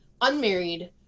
unmarried